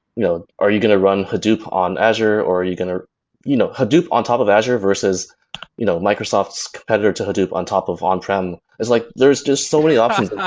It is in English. you know are you going to run hadoop on azure or are you going to you know hadoop on top of azure versus you know microsoft's competitor to hadoop on top of on-prem. it's like there's just so many options.